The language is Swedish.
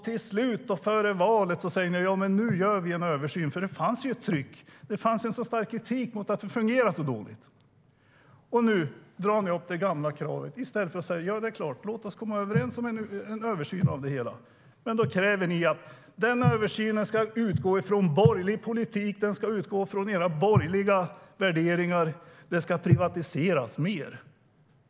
Till slut sa ni före valet att det skulle göras en översyn. Det fanns ett tryck och en stark kritik mot att det fungerade så dåligt. Nu drar ni upp det gamla kravet i stället för att försöka komma överens om en översyn av det hela. Ni kräver att denna översyn ska utgå från borgerlig politik och era borgerliga värderingar. Det ska privatiseras mer.